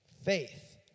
faith